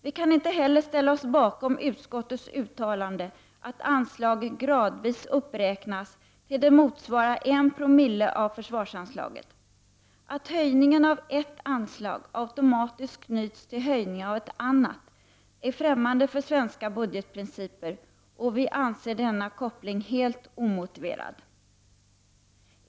Vi kan inte heller ställa oss bakom utskottets uttalande att anslaget skall gradvis uppräknas tills det motsvarar 1 bo av försvarsanslaget. Att höjningen av ett anslag automatiskt knyts till höjningen av ett annat är fftämmande för svenska budgetprinciper, och vi anser denna koppling helt omotiverad.